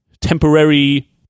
temporary